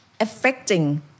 affecting